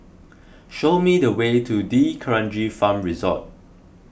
show me the way to D'Kranji Farm Resort